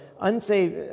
unsaved